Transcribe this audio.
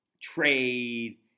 trade